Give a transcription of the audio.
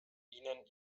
ihnen